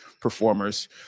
performers